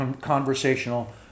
conversational